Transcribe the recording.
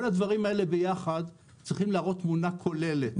כל הדברים האלה ביחד צריכים להראות תמונה כוללת,